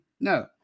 No